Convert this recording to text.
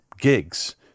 gigs